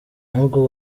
nubwo